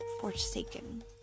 forsaken